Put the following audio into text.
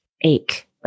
ache